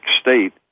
State